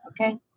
Okay